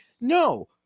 no